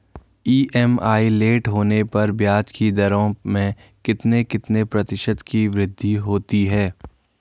EMI late होने पर ब्याज की दरों में कितने कितने प्रतिशत की वृद्धि होती है?